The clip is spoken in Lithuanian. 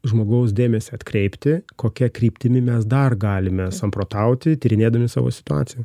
žmogaus dėmesį atkreipti kokia kryptimi mes dar galime samprotauti tyrinėdami savo situaciją